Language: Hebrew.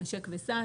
'נשק וסע',